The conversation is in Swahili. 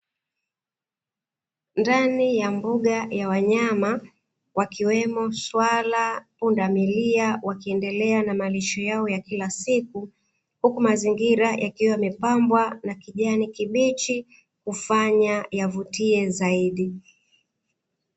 Ndani ya mbuga ya wanyama wakiwemo swala, pundamilia wakiendelea na malisho yao ya kila siku, huku mazingira yakiwa yamepambwa na kijani kibichi kufanya yavutie zaidi.